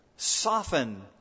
soften